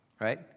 right